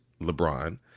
LeBron